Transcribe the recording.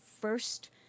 first